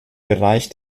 bereich